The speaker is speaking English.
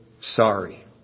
sorry